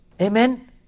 Amen